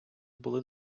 були